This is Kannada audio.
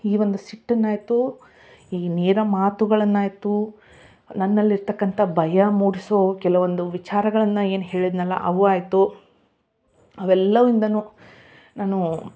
ಈ ಒಂದು ಸಿಟ್ಟನಾಯಿತು ಈ ನೇರ ಮಾತುಗಳನಾಯಿತು ನನ್ನಲ್ಲಿರ್ತಕ್ಕಂಥ ಭಯ ಮೂಡ್ಸೊ ಕೆಲವೊಂದು ವಿಚಾರಗಳನ್ನ ಏನು ಹೇಳಿದ್ನಲ್ಲ ಅವು ಆಯಿತು ಅವೆಲ್ಲ ಇಂದಾನು ನಾನು